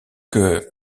que